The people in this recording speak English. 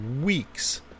weeks